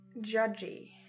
judgy